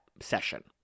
session